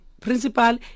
principal